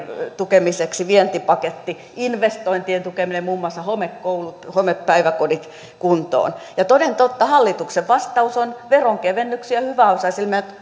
tukemiseksi vientipaketti investointien tukeminen muun muassa homekoulut ja homepäiväkodit kuntoon ja toden totta hallituksen vastaus on veronkevennyksiä hyväosaisille